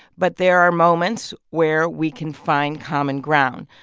but there are moments where we can find common ground.